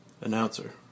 Announcer